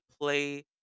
play